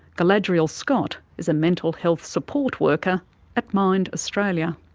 galadriel scott is a mental health support worker at mind australia.